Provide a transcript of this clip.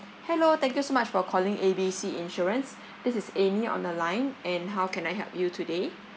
hello thank you so much for calling A B C insurance this is amy on the line and how can I help you today